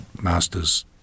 masters